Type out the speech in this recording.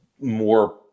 more